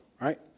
Right